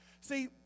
See